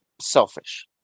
selfish